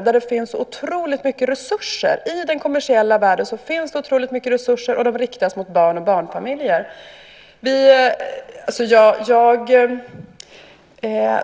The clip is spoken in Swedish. Det finns så otroligt mycket resurser i den kommersiella världen, och de riktas mot barn och barnfamiljer. Jag